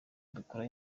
dukora